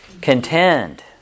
Contend